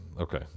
okay